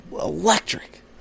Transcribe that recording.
electric